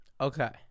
Okay